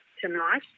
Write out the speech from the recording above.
tonight